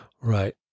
Right